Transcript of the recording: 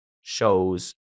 shows